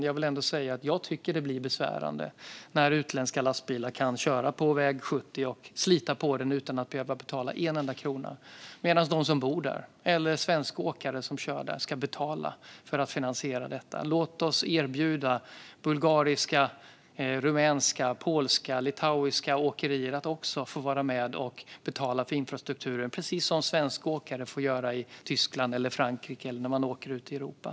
Jag vill ändå säga att det blir besvärande när utländska lastbilar kan köra på väg 70 och slita på den utan att behöva betala en enda krona medan de som bor där eller en svensk åkare som kör där ska betala för att finansiera detta. Låt oss erbjuda bulgariska, rumänska, polska och litauiska åkerier att också få vara med och betala för infrastrukturen, precis som svenska åkare får göra i Tyskland och Frankrike när man åker ute i Europa.